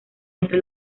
entre